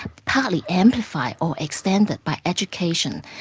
partly amplified or extended by education,